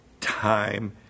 time